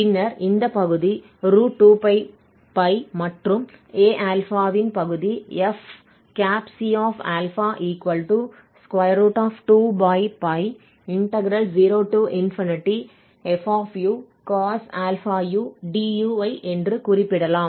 பின்னர் இந்த பகுதி2 மற்றும் Aα இன் பகுதி fc∝ 20fucos ∝u du ஐ என்று குறிப்பிடலாம்